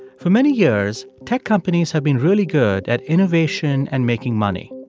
for many years, tech companies have been really good at innovation and making money.